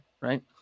right